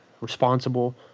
responsible